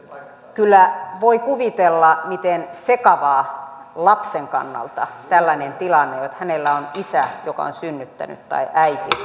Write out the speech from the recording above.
kyllä voi kuvitella miten sekavaa lapsen kannalta tällainen tilanne on että hänellä on isä joka on synnyttänyt tai äiti